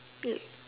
lick